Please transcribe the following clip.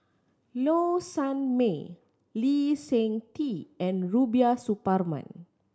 Low Sanmay Lee Seng Tee and Rubiah Suparman